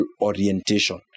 orientation